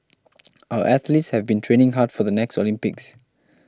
our athletes have been training hard for the next Olympics